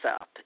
up